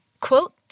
quote